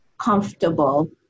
comfortable